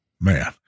Man